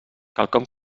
quelcom